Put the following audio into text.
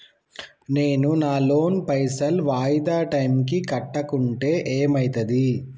నేను నా లోన్ పైసల్ వాయిదా టైం కి కట్టకుంటే ఏమైతది?